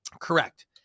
correct